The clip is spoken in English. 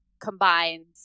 combines